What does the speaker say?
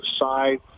side